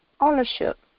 ownership